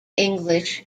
english